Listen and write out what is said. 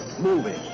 Moving